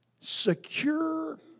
secure